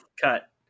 Cut